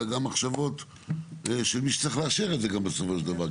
אלא גם מחשבות של מי שצריך לאשר את זה גם בסופו של דבר,